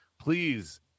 please